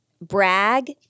Brag